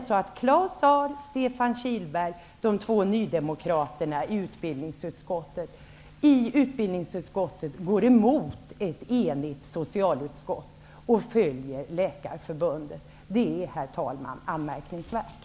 Trots det går Claus Zaar och Stefan Kihlberg, de två nydemokraterna i utbildningsutskottet, emot ett enigt socialutskott och följer Läkarförbundet. Det är, herr talman, anmärkningsvärt.